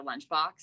lunchbox